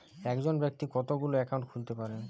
একজন ব্যাক্তি কতগুলো অ্যাকাউন্ট খুলতে পারে?